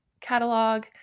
catalog